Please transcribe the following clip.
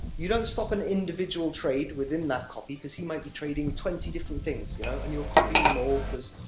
you don't stop an individual trade within that copy, because he might be trading twenty different things, you know, and you're copying them all because.